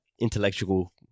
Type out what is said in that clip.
intellectual